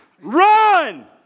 Run